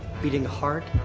beating heart,